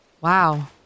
Wow